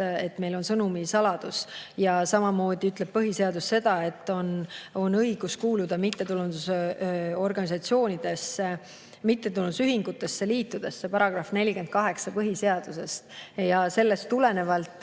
et meil on sõnumite saladus. Ja samamoodi ütleb põhiseadus seda, et on õigus kuuluda mittetulundusorganisatsioonidesse, mittetulundusühingutesse, -liitudesse. See on § 48 põhiseaduses. Ja sellest tulenevalt